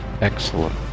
excellent